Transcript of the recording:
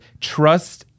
trust